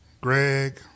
Greg